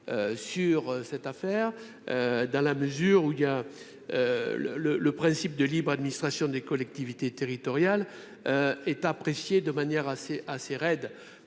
sur cette affaire dans la mesure où il y a le le le principe de libre administration des collectivités territoriales est apprécié de manière assez assez